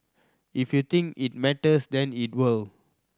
if you think it matters then it will